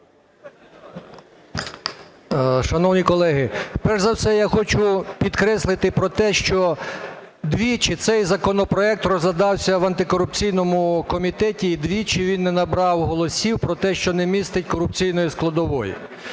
Шановні колеги, перш за все, я хочу підкреслити про те, що двічі цей законопроект розглядався в антикорупційному комітеті і двічі він не набрав голосів про те, що не містить корупційної складової.